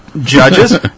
Judges